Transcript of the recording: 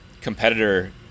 competitor